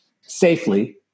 safely